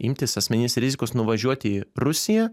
imtis asmeninės rizikos nuvažiuoti į rusiją